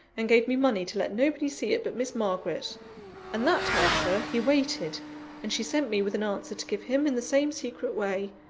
and gave me money to let nobody see it but miss margaret and that time, sir, he waited and she sent me with an answer to give him, in the same secret way.